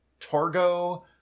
Torgo